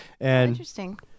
Interesting